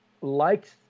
liked